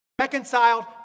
reconciled